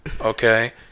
okay